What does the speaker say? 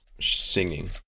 singing